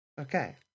okay